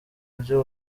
buryo